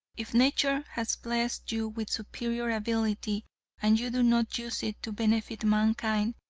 if nature has blessed you with superior ability and you do not use it to benefit mankind,